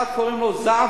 אחד, קוראים לו זהבי.